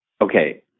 Okay